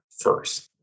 first